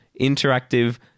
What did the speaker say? interactive